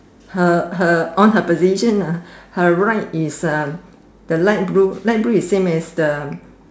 her her on her position ah her right is uh the light blue light blue is same as the